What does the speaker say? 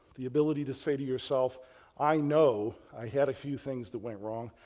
the ability to say to yourself i know i had a few things that went wrong.